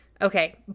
okay